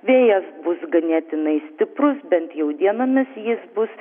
vėjas bus ganėtinai stiprus bent jau dienomis jis bus